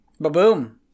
Ba-boom